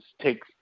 take